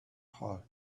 heart